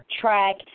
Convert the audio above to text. track